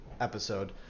episode